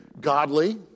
godly